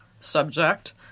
subject